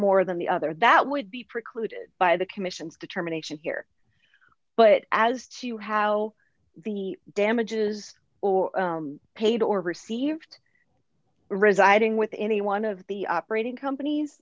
more than the other that would be precluded by the commission's determination here but as to how the damages or paid or received residing with any one of the operating companies